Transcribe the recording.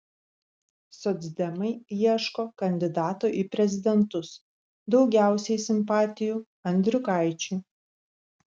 socdemai ieško kandidato į prezidentus daugiausiai simpatijų andriukaičiui